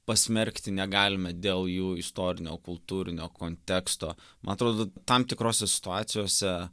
pasmerkti negalime dėl jų istorinio kultūrinio konteksto man atrodo tam tikrose situacijose